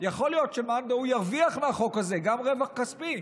יכול להיות שמאן דהוא ירוויח מהחוק הזה גם רווח כספי,